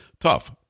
tough